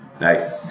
Nice